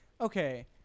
Okay